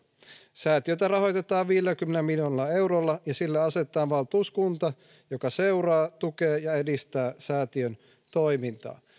säätiötä rahoitetaan viidelläkymmenellä miljoonalla eurolla ja sille asetetaan valtuuskunta joka seuraa tukee ja edistää säätiön toimintaa